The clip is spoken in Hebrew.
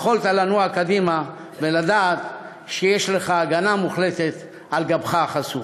יכולת לנוע קדימה ולדעת שיש לך הגנה מוחלטת על גבך החשוף.